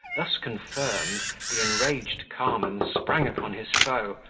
thus confirmed, the enraged carman sprang upon his foe,